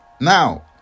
Now